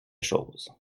chose